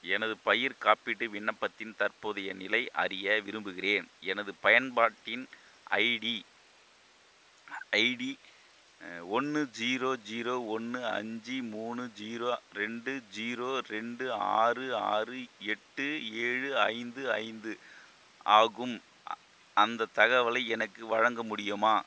எனது பயிர் காப்பீட்டு விண்ணப்பத்தின் தற்போதைய நிலை அறிய விரும்புகிறேன் எனது பயன்பாட்டின் ஐடி ஐடி ஒன்று ஜீரோ ஜீரோ ஒன்று அஞ்சு மூணு ஜீரோ ரெண்டு ஜீரோ ரெண்டு ஆறு ஆறு எட்டு ஏழு ஐந்து ஐந்து ஆகும் அ அந்த தகவலை எனக்கு வழங்க முடியுமா